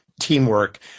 teamwork